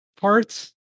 parts